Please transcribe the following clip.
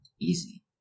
easy